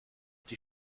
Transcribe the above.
die